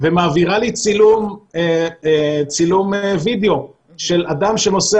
והיא מעבירה לי צילום וידיאו של אדם שנוסע